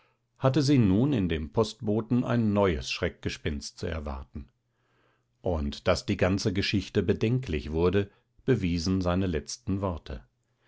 hatte sie nun in dem postboten ein neues schreckgespenst zu erwarten und daß die ganze geschichte bedenklich wurde bewiesen seine letzten worte